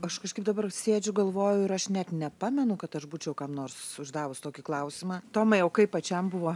aš kažkaip dabar sėdžiu galvoju ir aš net nepamenu kad aš būčiau kam nors uždavus tokį klausimą tomai o kaip pačiam buvo